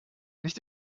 nicht